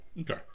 Okay